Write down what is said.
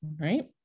right